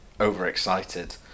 overexcited